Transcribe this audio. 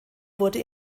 wurde